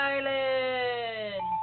Island